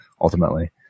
ultimately